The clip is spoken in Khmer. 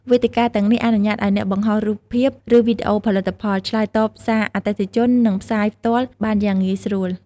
វេទិកាទាំងនេះអនុញ្ញាតឱ្យអ្នកបង្ហោះរូបភាព ឬវីដេអូផលិតផល ឆ្លើយតបសារអតិថិជន និងផ្សាយផ្ទាល់បានយ៉ាងងាយស្រួល។